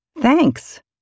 Thanks